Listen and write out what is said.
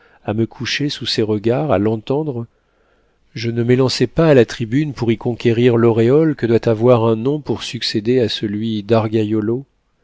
à me coucher sous ses regards à l'entendre je ne m'élançais pas à la tribune pour y conquérir l'auréole que doit avoir un nom pour succéder à celui d'argaiolo